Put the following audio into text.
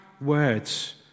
words